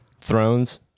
Thrones